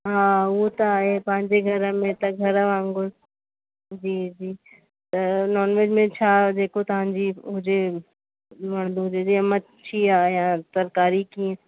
हा उहो त आहे पंहिंजे घर में त घर वांगुर जी जी त नॉनवेज में छा जेको तव्हांजी हुजे वणंदो हुजे जीअं मच्छी आहे या तरकारी कीअं